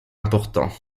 importants